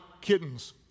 kittens